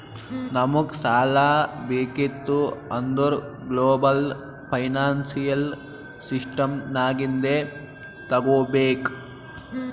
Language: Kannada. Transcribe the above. ನಮುಗ್ ಸಾಲಾ ಬೇಕಿತ್ತು ಅಂದುರ್ ಗ್ಲೋಬಲ್ ಫೈನಾನ್ಸಿಯಲ್ ಸಿಸ್ಟಮ್ ನಾಗಿಂದೆ ತಗೋಬೇಕ್